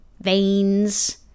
veins